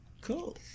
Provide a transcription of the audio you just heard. Cool